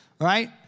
right